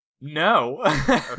No